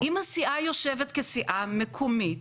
אם הסיעה שיושבת כסיעה מקומית,